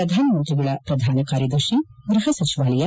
ಪ್ರಧಾನಮಂತ್ರಿಗಳ ಪ್ರಧಾನ ಕಾರ್ಯದರ್ಶಿ ಗೃಪ ಸಚಿವಾಲಯ